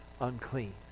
unclean